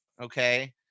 Okay